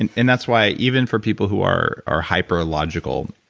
and and that's why even for people who are are hyper logical,